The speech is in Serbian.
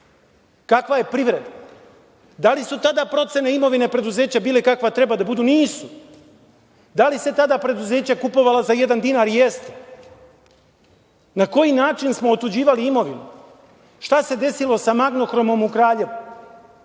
Kakva je privreda? Da li su tada procene imovine preduzeća bile kakve treba da budu? Nisu. Da li su se tada preduzeća kupovala za jedan dinar? Jesu. Na koji način smo otuđivali imovinu? Šta se desilo sa „Magnohromom“ u Kraljevu?